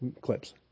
clips